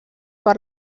per